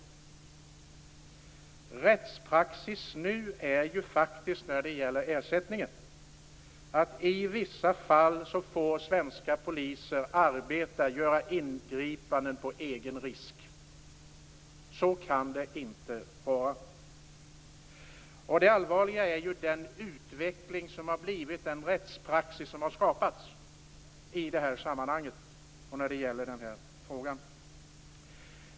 Rättspraxis när det gäller ersättningen är ju nu att svenska poliser i vissa fall får arbeta och göra ingripanden på egen risk. Så kan det inte vara. Det allvarliga är den utveckling som har blivit, den rättspraxis som har skapats i det här sammanhanget och när det gäller den här frågan.